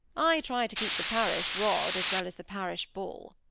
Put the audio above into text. i try to keep the parish rod as well as the parish bull